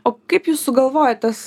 o kaip jūs sugalvojot tas